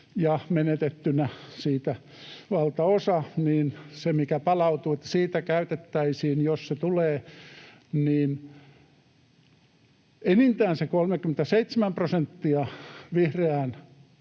ja menetettynä siitä valtaosa — siitä, mikä palautuu — käytettäisiin, jos se tulee, enintään se 37 prosenttia vihreään